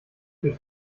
für